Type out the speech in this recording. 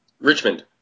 Richmond